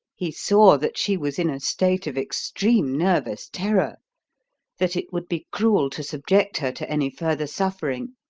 he saw that she was in a state of extreme nervous terror that it would be cruel to subject her to any further suffering,